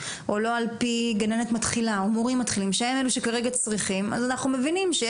זה המצב, זה השגרה מתחילת השנה, באמת, אנחנו בעוד